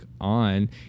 on